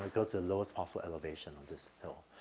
but go to the lowest possible elevation on this hill.